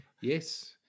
Yes